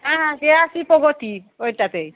হ্যাঁ হ্যাঁ K R C প্রগতি ওটাতেই